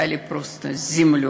מי שמצא את מותו